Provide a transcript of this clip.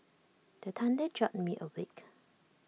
the thunder jolt me awake